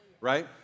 right